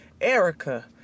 Erica